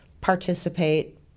participate